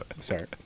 Sorry